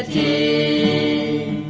a